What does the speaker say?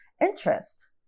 interest